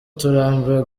turambiwe